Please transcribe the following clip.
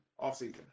offseason